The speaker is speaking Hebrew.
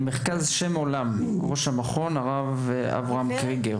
מכון שם עולם, ראש המכון, הרב אברהם קריגר.